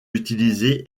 utilisé